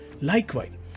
likewise